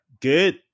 good